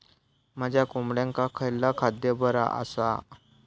माझ्या कोंबड्यांका खयला खाद्य बरा आसा?